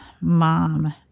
mom